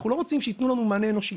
אנחנו לא רוצים שיתנו לנו מענה אנושי,